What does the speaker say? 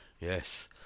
yes